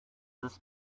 this